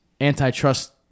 antitrust